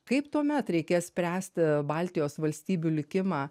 kaip tuomet reikės spręsti baltijos valstybių likimą